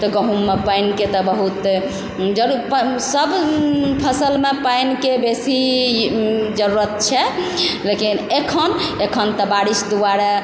तऽ गहूममे पानिके तऽ बहुत सब फसलमे पानिके बेसी जरूरत छै लेकिन एखन एखन तऽ बारिश दुआरे